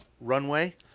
runway